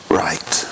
right